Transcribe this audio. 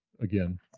again